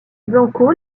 blanco